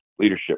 leadership